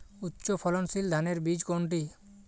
উচ্চ ফলনশীল ধানের বীজ কোনটি?